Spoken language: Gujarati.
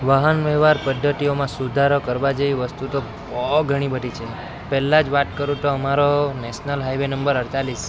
વાહન વ્યવહાર પદ્ધતિઓમાં સુધારો કરવા જેવી વસ્તુઓ તો બહુ ઘણી બધી છે પહેલાં જ વાત કરું તો અમારો નેશનલ હાઇવે નંબર અડતાલીસ